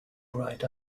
bright